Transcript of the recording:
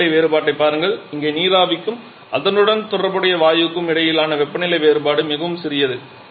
வெப்பநிலை வேறுபாட்டைப் பாருங்கள் இங்கே நீராவிக்கும் அதனுடன் தொடர்புடைய வாயுக்கும் இடையிலான வெப்பநிலை வேறுபாடு மிகவும் சிறியது